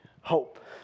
Hope